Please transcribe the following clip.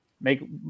make